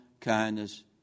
kindness